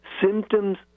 symptoms